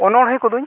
ᱚᱱᱚᱬᱦᱮ ᱠᱚᱫᱚᱧ